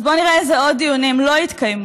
אז בואו נראה איזה עוד דיונים לא התקיימו: